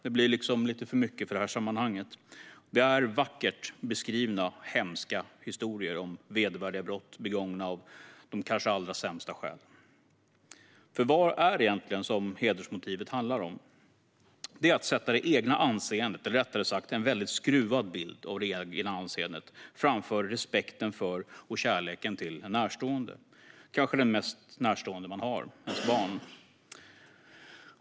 Det blir liksom lite för mycket för det här sammanhanget. Det är vackert beskrivna hemska historier om vedervärdiga brott begångna av kanske de allra sämsta av skälen. För vad är det egentligen som hedersmotivet handlar om? Det är att sätta det egna anseendet, eller rättare sagt, en väldigt skruvad bild av det egna anseendet, framför respekten för och kärleken till en närstående - kanske den mest närstående man har, sitt barn.